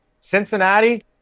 Cincinnati